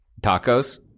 Tacos